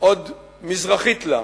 עוד מזרחית לה,